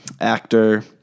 Actor